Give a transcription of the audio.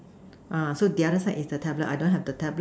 uh so the other side is the tablet I don't have the tablet